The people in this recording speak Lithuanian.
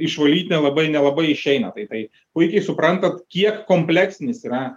išvalyt nelabai nelabai išeina tai tai puikiai suprantat kiek kompleksinis yra